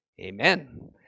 Amen